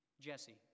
Jesse